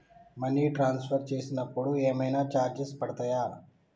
Money transfer చేసినప్పుడు ఏమైనా charges పడతయా?